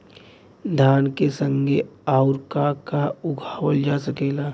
धान के संगे आऊर का का उगावल जा सकेला?